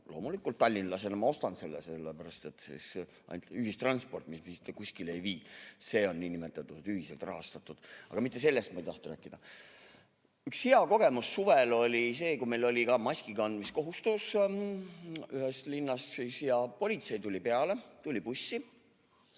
loomulikult, tallinlasena ma ostan selle, sellepärast et ainult ühistransport, mis mitte kuskile ei vii, on niinimetatud ühiselt rahastatud. Aga mitte sellest ma ei tahtnud rääkida. Üks hea kogemus oli suvel, kui meil oli ka maskikandmise kohustus, ühes linnas. Politsei tuli peale, tuli bussi,